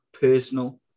personal